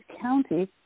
County